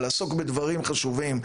לעסוק בדברים חשובים,